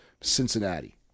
Cincinnati